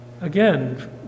Again